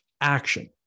action